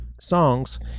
songs